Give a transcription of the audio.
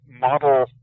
model